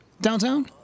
Downtown